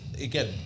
again